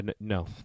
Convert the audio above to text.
no